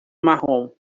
marrom